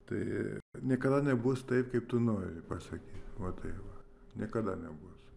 tai niekada nebus taip kaip tu nori pasakyt va taip va niekada nebus